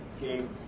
game